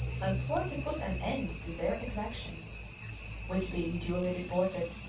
and swore to put an end to their exactions which being duly reported,